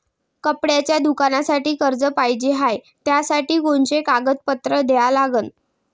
कपड्याच्या दुकानासाठी कर्ज पाहिजे हाय, त्यासाठी कोनचे कागदपत्र द्या लागन?